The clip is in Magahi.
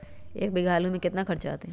एक बीघा आलू में केतना खर्चा अतै?